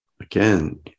again